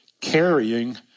carrying